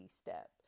step